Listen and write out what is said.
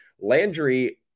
Landry